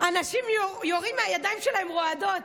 אנשים יורים והידיים שלהם רועדות.